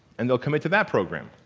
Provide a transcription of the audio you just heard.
and they'll commit to that program.